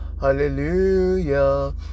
Hallelujah